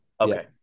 okay